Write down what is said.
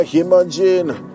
imagine